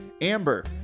Amber